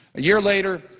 a year later,